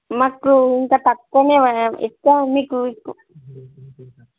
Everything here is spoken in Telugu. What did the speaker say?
మాకు ఇంత తక్కువనే ఎక్కువ మీకు